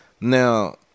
Now